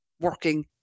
working